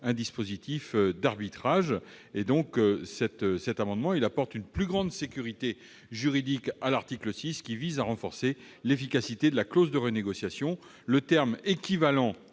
dispositif d'arbitrage. Cette disposition apporterait une plus grande sécurité juridique à l'article 6, qui renforce l'efficacité de la clause de renégociation. Le terme « équivalent »